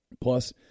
Plus